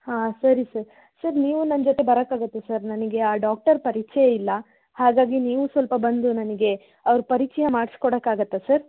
ಹಾಂ ಸರಿ sir sir ನೀವೂ ನನ್ನ ಜೊತೆ ಬರೋಕ್ಕಾಗುತ್ತ ಸರ್ ನನಗೆ ಆ ಡಾಕ್ಟರ್ ಪರಿಚಯ ಇಲ್ಲ ಹಾಗಾಗಿ ನೀವೂ ಸ್ವಲ್ಪ ಬಂದು ನನಗೆ ಅವ್ರ ಪರಿಚಯ ಮಾಡ್ಸಿಕೊಡಕ್ಕಾಗತ್ತ ಸರ್